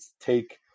take